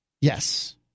Yes